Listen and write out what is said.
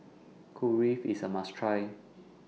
Kulfi IS A must Try